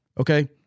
Okay